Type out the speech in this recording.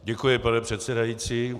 Děkuji, pane předsedající.